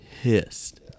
pissed